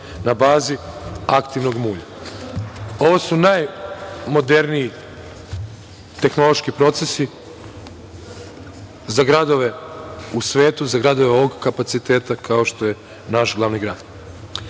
na bazi aktivnog mulja. Ovo su najmoderniji tehnološki procesi za gradove u svetu, za gradove ovog kapaciteta kao što je naš glavni grad. Ja